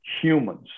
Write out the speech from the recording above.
humans